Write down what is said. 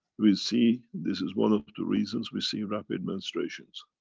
we see. this is one of the reasons we see rapid menstruations.